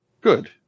Good